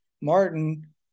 Martin